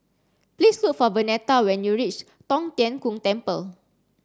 please look for Vernetta when you reach Tong Tien Kung Temple